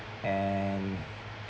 and